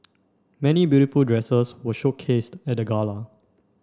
many beautiful dresses were showcased at the gala